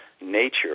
Nature